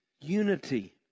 unity